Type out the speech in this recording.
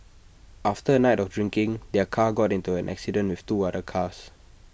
after A night of drinking their car got into an accident with two other cars